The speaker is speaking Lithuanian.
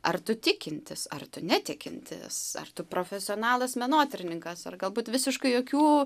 ar tu tikintis ar netikintis ar tu profesionalas menotyrininkas ar galbūt visiškai jokių